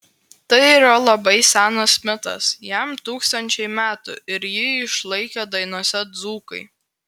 tai yra labai senas mitas jam tūkstančiai metų ir jį išlaikė dainose dzūkai